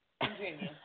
Continue